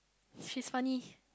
she's funny